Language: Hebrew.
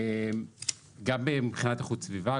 גם מבחינת איכות סביבה,